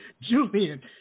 Julian